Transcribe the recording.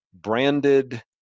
branded